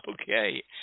Okay